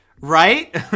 right